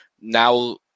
now